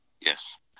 yes